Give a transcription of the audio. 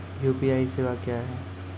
UPI सेवा क्या हैं?